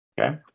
Okay